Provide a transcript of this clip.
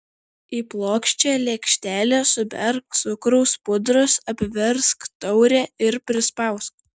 į plokščią lėkštelę suberk cukraus pudros apversk taurę ir prispausk